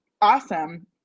awesome